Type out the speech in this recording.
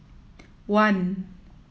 one